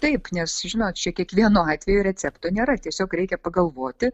taip nes žinot čia kiekvienu atveju recepto nėra tiesiog reikia pagalvoti